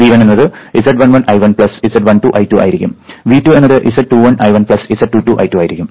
V1 എന്നത് Z11 I1 Z12 I2 ആയിരിക്കും V2 എന്നത് Z21 I1 Z22 I2 ആയിരിക്കും